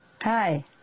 Hi